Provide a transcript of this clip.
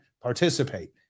participate